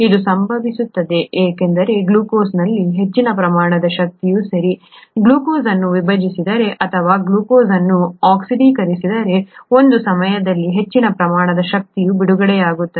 ಇದು ಸಂಭವಿಸುತ್ತದೆ ಏಕೆಂದರೆ ಗ್ಲೂಕೋಸ್ನಲ್ಲಿ ಹೆಚ್ಚಿನ ಪ್ರಮಾಣದ ಶಕ್ತಿಯು ಸರಿ ನಾವು ಗ್ಲೂಕೋಸ್ ಅನ್ನು ವಿಭಜಿಸಿದರೆ ಅಥವಾ ನಾವು ಗ್ಲೂಕೋಸ್ ಅನ್ನು ಆಕ್ಸಿಡೀಕರಿಸಿದರೆ ಒಂದು ಸಮಯದಲ್ಲಿ ಹೆಚ್ಚಿನ ಪ್ರಮಾಣದ ಶಕ್ತಿಯು ಬಿಡುಗಡೆಯಾಗುತ್ತದೆ